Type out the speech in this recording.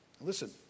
Listen